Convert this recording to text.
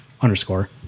underscore